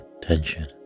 tension